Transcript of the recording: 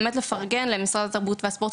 באמת לפרגן למשרד התרבות והספורט.